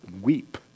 weep